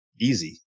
easy